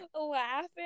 laughing